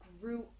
grew